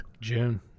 June